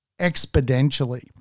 exponentially